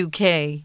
UK